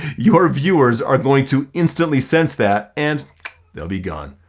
your viewers are going to instantly sense that and they'll be gone,